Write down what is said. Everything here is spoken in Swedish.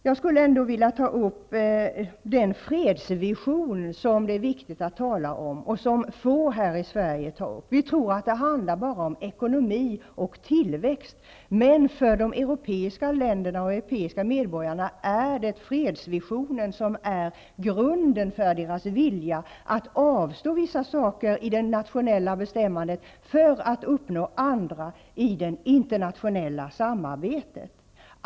Jag skulle vilja ta upp den fredsvision som det är viktigt att tala om och som få här i Sverige berör. Vi tror att det bara handlar om ekonomi och tillväxt, men för de europeiska länderna och medborgarna är fredsvisionen grunden för viljan att avstå vissa saker i det nationella bestämmandet för att uppnå andra i det internationella samarbetet.